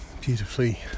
Beautifully